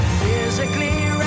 physically